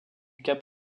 cap